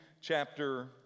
chapter